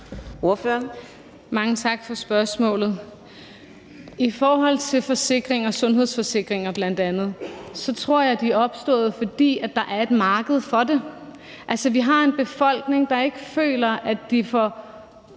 Mange tak for spørgsmålet. I forhold til bl.a. sundhedsforsikringer tror jeg, at de er opstået, fordi der er et marked for dem. Altså, vi har en befolkning, der ikke føler, at de får